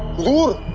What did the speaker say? lot.